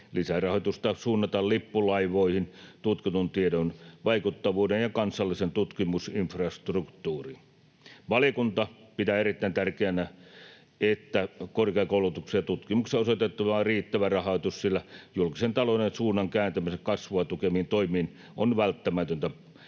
Lisärahoitusta suunnataan lippulaivoihin, tutkitun tiedon vaikuttavuuteen ja kansalliseen tutkimusinfrastruktuuriin. Valiokunta pitää erittäin tärkeänä, että korkeakoulutukseen ja tutkimukseen on osoitettava riittävä rahoitus, sillä julkisen talouden suunnan kääntämiseen kasvua tukeviin toimiin on välttämätöntä